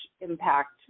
impact